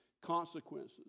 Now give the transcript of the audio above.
consequences